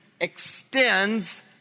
extends